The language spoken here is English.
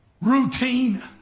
routine